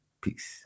Peace